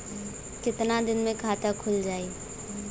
कितना दिन मे खाता खुल जाई?